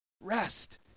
Rest